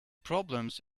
problems